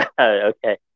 Okay